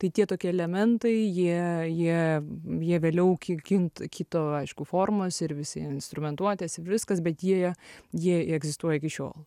tai tie tokie elementai jie jie jie vėliau ki kin kito aišku formos ir visi instrumentuotės ir viskas bet jie jie egzistuoja iki šiol